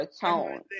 tone